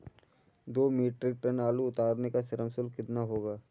दो metric tonne आलू उतारने का श्रम शुल्क कितना होगा?